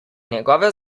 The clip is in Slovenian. njegove